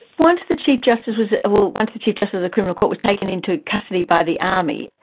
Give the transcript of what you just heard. once the chief justice was, well, once the chief justice of the criminal court was taken into custody by the army,